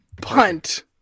Punt